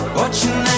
watching